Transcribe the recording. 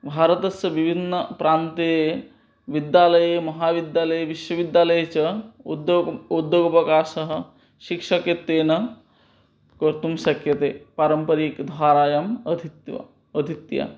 भारतस्य विभिन्नप्रान्ते विद्यालये महाविद्यालये विश्वविद्यालये च उद्योग उद्योगावकाशः शिक्षकत्वेन कर्तुं शक्यते पारम्परिकधारायाम् अधीत्य अधीत्य